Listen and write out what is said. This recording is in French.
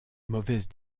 mauvaise